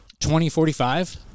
2045